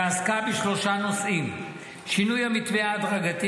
שעסקה בשלושה נושאים: שינוי המתווה ההדרגתי